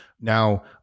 Now